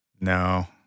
No